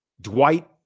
Dwight